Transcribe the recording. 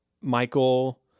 Michael